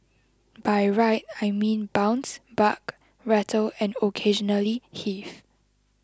by ride I mean bounce buck rattle and occasionally heave